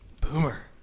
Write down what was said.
Boomer